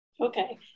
Okay